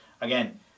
Again